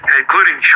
including